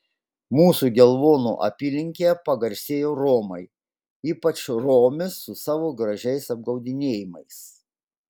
mūsų gelvonų apylinkėje pagarsėjo romai ypač romės su savo gražiais apgaudinėjimais